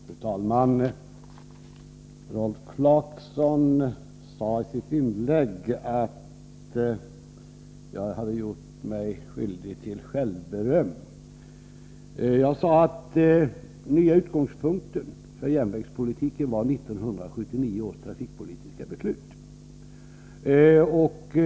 Fru talman! Rolf Clarkson sade i sitt inlägg att jag hade gjort mig skyldig till självberöm. Jag sade att den nya utgångspunkten för järnvägspolitiken var 1979 års trafikpolitiska beslut.